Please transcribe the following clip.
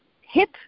hip